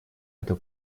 эта